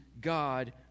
God